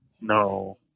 No